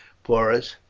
porus.